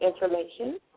information